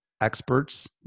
experts